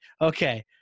okay